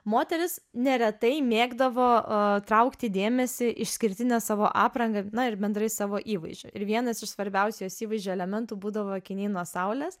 moterys neretai mėgdavo traukti dėmesį išskirtine savo apranga na ir bendrai savo įvaizdžiu ir vienas iš svarbiausių jos įvaizdžio elementų būdavo akiniai nuo saulės